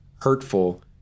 hurtful